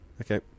Okay